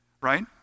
right